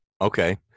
Okay